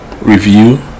review